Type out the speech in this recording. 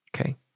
okay